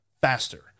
faster